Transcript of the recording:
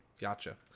Gotcha